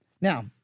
Now